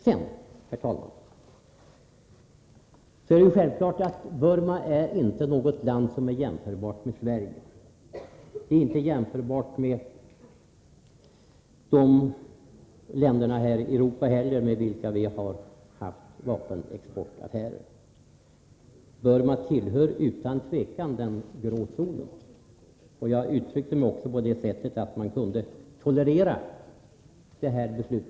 Herr talman! Det är självklart att Burma inte är ett land som är jämförbart med Sverige, inte heller jämförbart med de länder i Europa med vilka vi haft vapenexportaffärer. Burma tillhör utan tvivel den grå zonen. Jag uttryckte mig också på det sättet att man kunde tolerera detta beslut.